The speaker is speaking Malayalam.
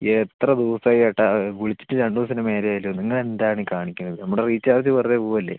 എത്ര ദിവസമായി ഏട്ടാ വിളിച്ചിട്ട് രണ്ട് ദിവസത്തിന് മേലേ ആയല്ലോ നിങ്ങൾ എന്താണ് ഈ കാണിക്കണേ നമ്മുടെ റീചാർജ് വെറുതെ പോകല്ലേ